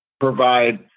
provide